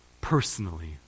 personally